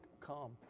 come